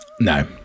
No